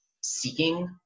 seeking